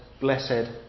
Blessed